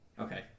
Okay